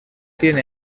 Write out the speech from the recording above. tiene